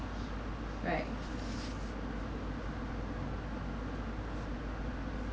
right